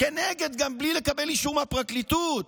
גם בלי לקבל אישור מהפרקליטות,